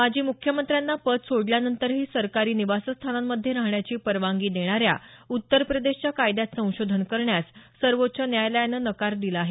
माजी मुख्यमंत्र्यांना पद सोडल्या नंतरही सरकारी निवासस्थानांमध्ये राहण्याची परवानगी देणाऱ्या उत्तर प्रदेशच्या कायद्यात संशोधन करण्यास सर्वोच्च न्यायालयानं नकार दिला आहे